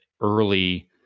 early